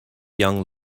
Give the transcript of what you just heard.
young